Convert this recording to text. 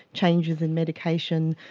changes in medication,